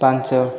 ପାଞ୍ଚ